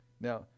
Now